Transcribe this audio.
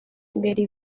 imbere